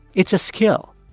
it's a skill.